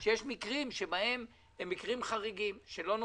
העלו את העניין שיש מקרים חריגים שלא נותנים.